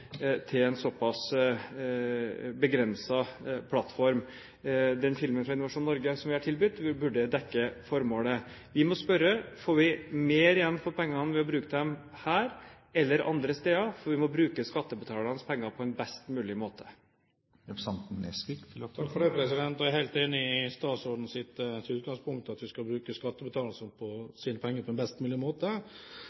til en såpass begrenset plattform. Den filmen fra Innovasjon Norge som vi har tilbudt, burde dekke formålet. Vi må spørre: Får vi mer igjen for pengene ved å bruke dem her eller andre steder, for vi må bruke skattebetalernes penger på en best mulig måte? Jeg er helt enig i statsrådens utgangspunkt, at vi skal bruke skattebetalernes penger på